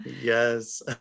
Yes